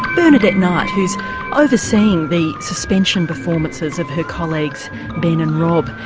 bernadette knight, who is overseeing the suspension performances of her colleagues ben and rob,